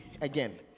again